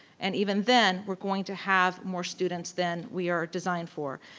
and even then we're going to have more students than we are designed for.